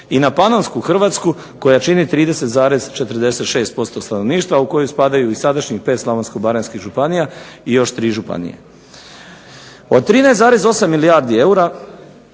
i na panonsku Hrvatsku koja čini 30,46% stanovništva u koju spadaju i sadašnjih pet slavonsko-baranjskih županija i još tri županije. Od 13,8 milijardi eura